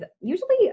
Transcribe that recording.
usually